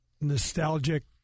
nostalgic